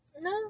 No